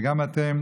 וגם אתם,